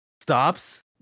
stops